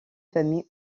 familles